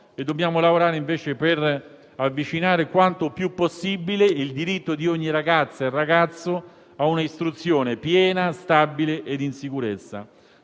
dobbiamo lavorare invece per avvicinare quanto più possibile il diritto di ogni ragazza e ragazzo a un'istruzione piena, stabile e in sicurezza.